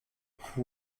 who